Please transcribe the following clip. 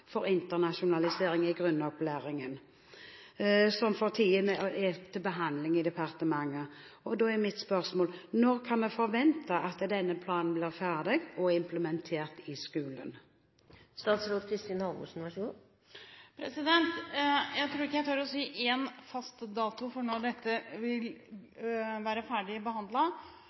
for internasjonalisering i grunnopplæringen, som for tiden er til behandling i departementet. Da er mitt spørsmål: Når kan vi forvente at denne planen blir ferdig og implementert i skolen? Jeg tror ikke jeg tør å si én fast dato for når dette vil være ferdig